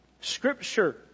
Scripture